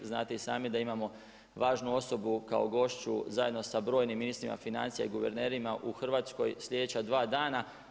Znate i sami da imamo važnu osobu kao gošću zajedno sa brojnim ministrima financija i guvernerima u Hrvatskoj sljedeća dva dana.